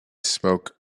smoke